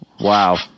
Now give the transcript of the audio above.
Wow